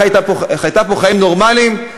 חייתה פה חיים נורמליים,